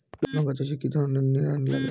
লঙ্কা চাষে কি ধরনের নিড়ানি লাগে?